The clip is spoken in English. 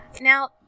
Now